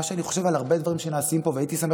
מה שאני חושב על הרבה דברים שנעשים פה והייתי שמח